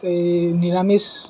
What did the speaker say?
এই নিৰামিচ